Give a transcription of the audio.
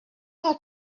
have